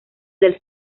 del